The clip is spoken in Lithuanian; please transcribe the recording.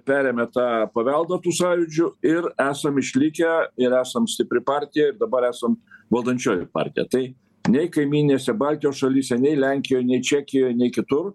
perėmė tą paveldą tų sajūdžių ir esam išlikę ir esam stipri partija dabar esam valdančioji partija tai nei kaimyninėse baltijos šalyse nei lenkijoj nei čekijoj nei kitur